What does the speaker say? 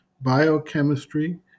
biochemistry